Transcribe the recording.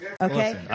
okay